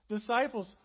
disciples